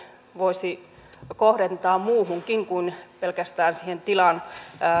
voisi kohdentaa muuhunkin kuin pelkästään tilan